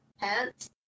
pants